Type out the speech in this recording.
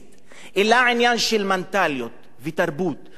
אלא עניין של מנטליות ותרבות ורוח.